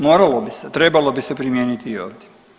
Moralo bi se, trebalo bi se primijeniti i ovdje.